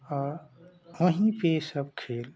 और वहीं पर सब खेल